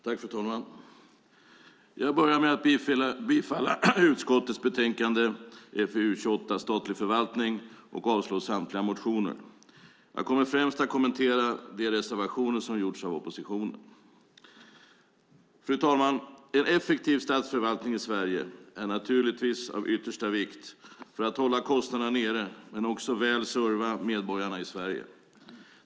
Fru talman! Jag börjar med att yrka bifall till utskottets förslag till beslut i betänkande FiU28, Statlig förvaltning , och avslag på samtliga motioner. Jag kommer främst att kommentera de reservationer som har gjorts av oppositionen. Fru talman! En effektiv statsförvaltning i Sverige är naturligtvis av yttersta vikt för att hålla kostnaderna nere men också för att väl serva medborgarna i Sverige.